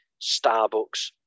starbucks